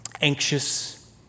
anxious